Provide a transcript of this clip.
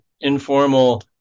informal